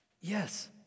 Yes